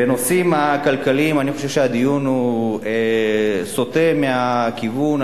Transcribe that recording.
בנושאים הכלכליים אני חושב שהדיון סוטה מהכיוון.